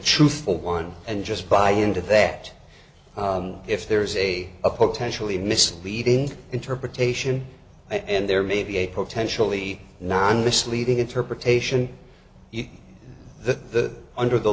truthful one and just buy into that if there is a a potentially misleading interpretation and there may be a potentially non misleading interpretation the under the